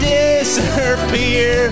disappear